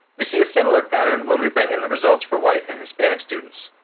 we see a similar pattern when we bring in the results for white and hispanic students.